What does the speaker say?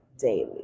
daily